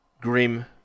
grim